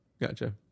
Gotcha